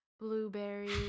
blueberries